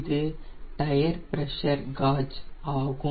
இது tyre pressure gauge ஆகும்